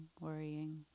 worrying